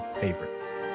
Favorites